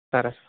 సరే సార్